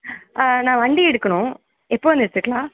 நான் வண்டி எடுக்கணும் எப்போ வந்து எடுத்துக்கலாம்